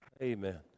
Amen